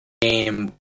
game